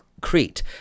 Crete